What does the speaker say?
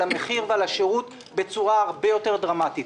המחיר ועל השירות בצורה הרבה יותר דרמטית.